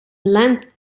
length